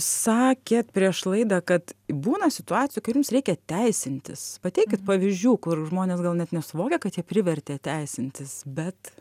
sakėt prieš laidą kad būna situacijų kai jums reikia teisintis pateikit pavyzdžių kur žmonės gal net nesuvokia kad jie privertė teisintis bet